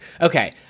Okay